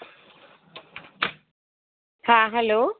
হ্যাঁ হ্যালো